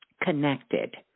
connected